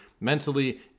mentally